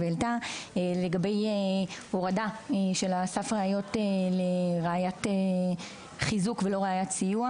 העלתה לגבי הורדה של סף הראיות לראיית חיזוק ולא ראיית סיוע.